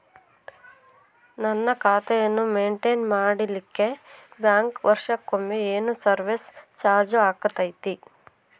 ನನ್ನ ಖಾತೆಯನ್ನು ಮೆಂಟೇನ್ ಮಾಡಿಲಿಕ್ಕೆ ಬ್ಯಾಂಕ್ ವರ್ಷಕೊಮ್ಮೆ ಏನು ಸರ್ವೇಸ್ ಚಾರ್ಜು ಹಾಕತೈತಿ?